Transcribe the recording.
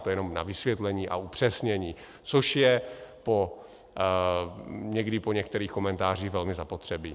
To jenom na vysvětlení a upřesnění, což je někdy po některých komentářích velmi zapotřebí.